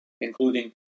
including